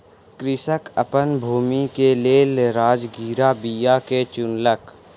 कृषक अपन भूमि के लेल राजगिरा बीया के चुनलक